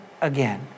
again